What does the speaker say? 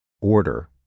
Order